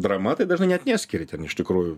drama tai dažnai net neskiri ten iš tikrųjų